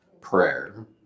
prayer